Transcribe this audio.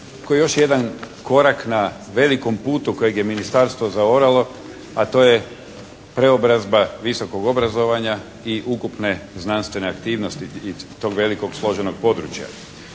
koji je još jedan korak na velikom putu kojeg je ministarstvo zaoralo, a to je preobrazba visokog obrazovanja i ukupne znanstvene aktivnosti i tog velikog složenog područja.